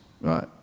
right